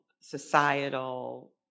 societal